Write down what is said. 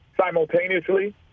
simultaneously